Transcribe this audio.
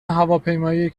هواپیمایی